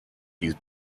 his